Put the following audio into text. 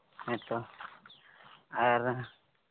ᱦᱮᱸᱛᱚ ᱟᱨ